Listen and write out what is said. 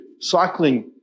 cycling